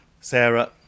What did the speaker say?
Sarah